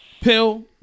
Pill